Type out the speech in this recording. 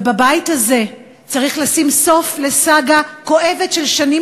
ובבית הזה צריך לשים סוף לסאגה כואבת של שנים